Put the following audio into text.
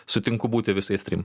sutinku būti visais trim